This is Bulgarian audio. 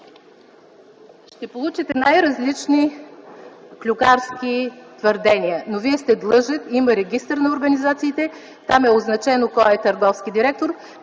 Ще получите най-различни клюкарски твърдения, но Вие сте длъжен – има регистър на организациите, там е означено кой е търговски директор,